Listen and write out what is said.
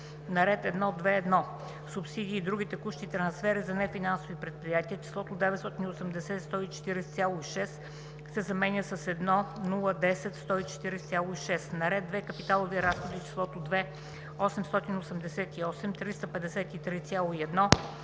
на ред 1.2.1. „Субсидии и други текущи трансфери за нефинансови предприятия“ числото „980 140,6“ се заменя с „1 010 140,6“. - на ред 2. „Капиталови разходи“ числото „2 888 353,1“